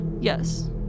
Yes